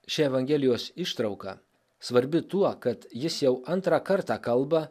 ši evangelijos ištrauka svarbi tuo kad jis jau antrą kartą kalba